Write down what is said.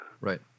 Right